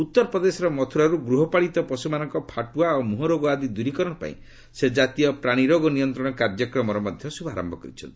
ଉତ୍ତର ପ୍ରଦେଶର ମଥୁରାରୁ ଗୃହପାଳିତ ପଶୁମାନଙ୍କର ଫାଟୁଆ ଓ ମୁହଁ ରୋଗ ଆଦି ଦୂରୀକରଣ ପାଇଁ ସେ ଜାତୀୟ ପ୍ରାଣୀ ରୋଗ ନିୟନ୍ତ୍ରଣ କାର୍ଯ୍ୟକ୍ରମର ମଧ୍ୟ ଶୁଭାରମ୍ଭ କରିଛନ୍ତି